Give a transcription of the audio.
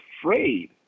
afraid